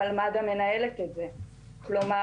אבל מד"א מנהלת את זה, כלומר,